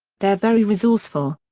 they're very resourceful.